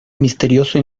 misterioso